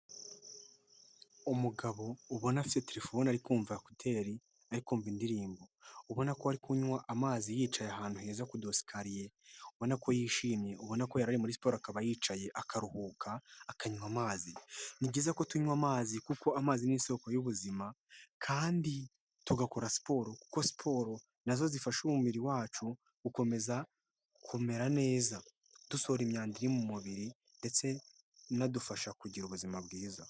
Umugabo ubona afite telefone ari kumva ekuteri ariko kumvamva indirimbo, ubona ko ari kunywa amazi yicaye ahantu heza ku dosikariye ubona ko yishimye ubona ko yarari muri siporo akaba yicaye akaruhuka, akanywa amazi. Ni byiza ko tunywa amazi kuko amazi ni isoko y'ubuzima kandi tugakora siporo kuko siporo nazo zifasha umubiri wacu gukomeza kumera neza, dusohora imyanda iri mu mubiri ndetse inadufasha kugira ubuzima bwiza.